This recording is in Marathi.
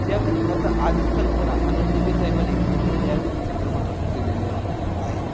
त्या घटनाचा आधीच कल्पना आनंद दीघे साहेबाने धर्मवीर ह्या चित्रपटातून दिलेले होत आहे